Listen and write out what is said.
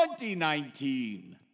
2019